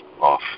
off